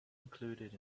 included